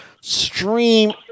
stream